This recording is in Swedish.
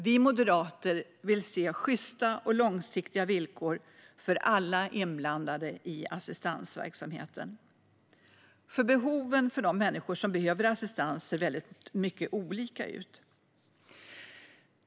Vi moderater vill se sjysta och långsiktiga villkor för alla som är inblandade i assistansverksamheten. Behoven för de människor som behöver assistans ser nämligen mycket olika ut.